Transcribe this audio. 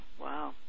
wow